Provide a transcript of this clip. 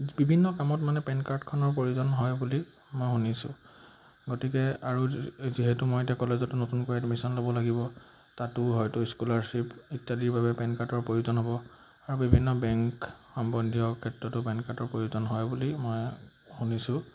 বিভিন্ন কামত মানে পেন কাৰ্ডখনৰ প্ৰয়োজন হয় বুলি মই শুনিছোঁ গতিকে আৰু যিহেতু মই এতিয়া কলেজতো নতুনকৈ এডমিশ্যন ল'ব লাগিব তাতো হয়তো স্ক'লাৰশ্বিপ ইত্যাদিৰ বাবে পেন কাৰ্ডৰ প্ৰয়োজন হ'ব আৰু বিভিন্ন বেংক সম্বন্ধীয় ক্ষেত্ৰতো পেন কাৰ্ডৰ প্ৰয়োজন হয় বুলি মই শুনিছোঁ